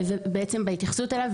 ובעצם בהתייחסות אליו,